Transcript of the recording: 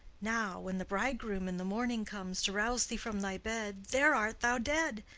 now, when the bridegroom in the morning comes to rouse thee from thy bed, there art thou dead.